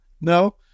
No